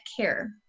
care